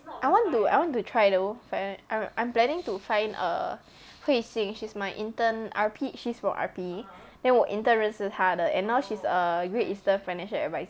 I want to I want to try though finance I'm I'm planning to find err hui xin she's my intern R_P she's from R_P then 我 intern 认识她的 and now she's great eastern financial adviser